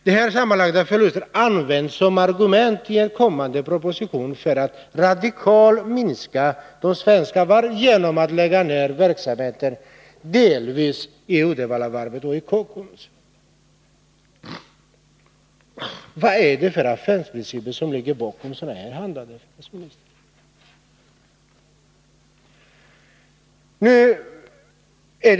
De sammanlagda förlusterna används som argument i en kommande proposition som syftar till att man radikalt skall minska Svenska Varv genom att delvis lägga ned verksamheten vid Uddevallavarvet AB och vid Kockums AB. Vad är det för affärsprinciper som ligger bakom sådant handlande, finansministern?